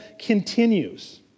continues